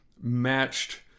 matched